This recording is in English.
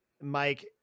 mike